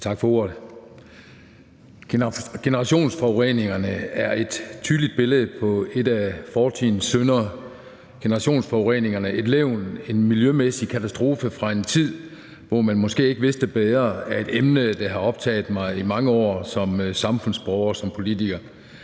Tak for ordet. Generationsforureningerne er et tydeligt billede på en af fortidens synder. Generationsforureningerne – et levn, en miljømæssig katastrofe fra en tid, hvor man måske ikke vidste bedre – er et emne, der har optaget mig i mange år som samfundsborger og som politiker.